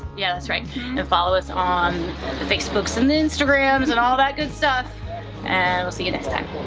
yeah that's right and follow us on the facebooks and the instagrams and all that good stuff and we'll see you next time.